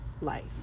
life